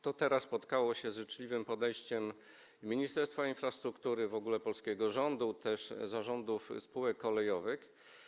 Teraz spotkało się to z życzliwym podejściem Ministerstwa Infrastruktury i w ogóle polskiego rządu, a także zarządów spółek kolejowych.